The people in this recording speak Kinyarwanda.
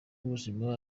w’ubuzima